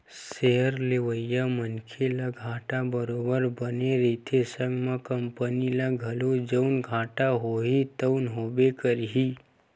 share लेवइया मनखे ल घाटा बरोबर बने रहिथे संग म कंपनी ल घलो जउन घाटा होही तउन होबे करही